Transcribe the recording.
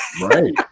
right